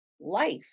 life